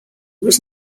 was